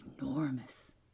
enormous